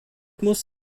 muss